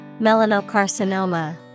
Melanocarcinoma